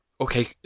okay